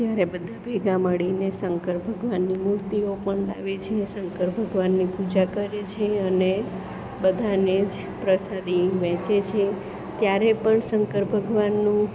ત્યારે બધા ભેગાં મળીને શંકર ભગવાનની મૂર્તિઓ પણ લાવે છે શંકર ભગવાનની પૂજા કરે છે અને બધાને જ પ્રસાદી વહેંચે છે ત્યારે પણ શંકર ભગવાનનું